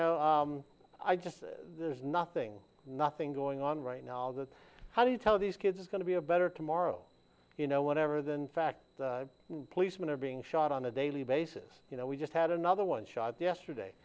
know i just there's nothing nothing going on right now that how do you tell these kids is going to be a better tomorrow you know whatever than fact policemen are being shot on a daily basis you know we just had another one shot yesterday